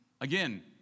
Again